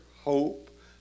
hope